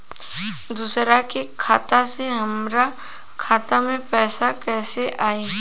दूसरा के खाता से हमरा खाता में पैसा कैसे आई?